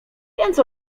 więc